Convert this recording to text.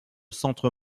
centre